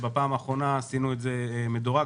בפעם האחרונה עשינו את זה מדורג,